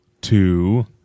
two